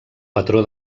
patró